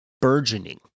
burgeoning